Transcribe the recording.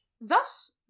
Thus